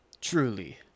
Truly